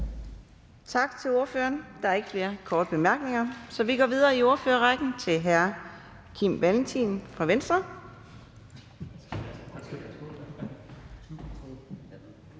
Tak til ordføreren. Der er ikke flere korte bemærkninger. Så vi går videre i ordførerrækken til hr. Nick Zimmermann, Dansk